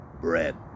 bread